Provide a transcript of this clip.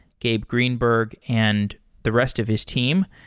gabe greenberg, and the rest of his team.